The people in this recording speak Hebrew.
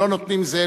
לא נותנים זה,